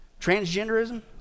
transgenderism